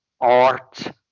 art